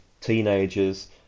teenagers